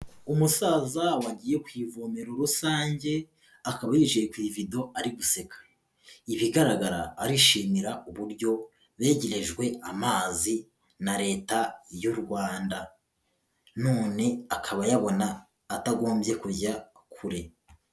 Umusaza wagiye ku ivomera rusange, akaba yicaye ku ibido ari guseka, ibigaragara arishimira uburyo begerejwe amazi na Leta y'u Rwanda none akaba ayabona atagombye kujya kure.